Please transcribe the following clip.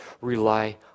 Rely